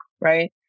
right